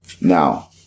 Now